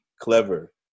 clever